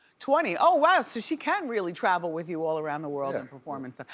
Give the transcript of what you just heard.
twenty? oh wow, so she can really travel with you all around the world and perform and stuff.